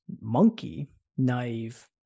monkey-naive